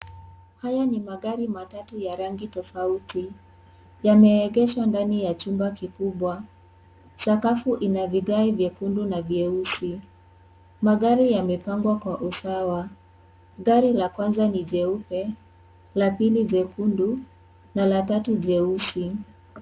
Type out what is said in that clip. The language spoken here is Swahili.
Haya ni magari matatatu ya rangi tofauti , yameegeshwa ndani ya chumba kikubwa , sakafu ina vigae vyekundu na vyeusi magari yamepangwa kwa usawa , gari la kwanza ni jeupe, la pili jekundu na la tatu jeusi.